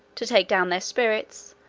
to take down their spirits,